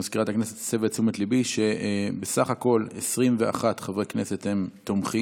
מזכירת הכנסת הסבה את תשומת ליבי שבסך הכול 21 חברי כנסת תומכים,